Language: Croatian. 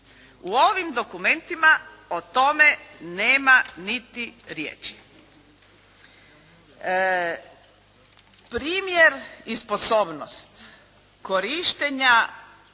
U ovim dokumentima o tome nema niti riječi. Primjer i sposobnost korištenja